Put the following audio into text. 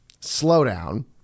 slowdown